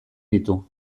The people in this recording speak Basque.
ditu